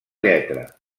lletra